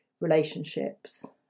relationships